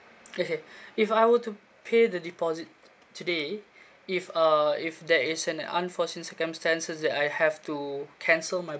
okay if I were to pay the deposit today if uh if there is an unforeseen circumstances that I have to cancel my